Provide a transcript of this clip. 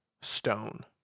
stone